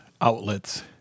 outlets